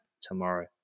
tomorrow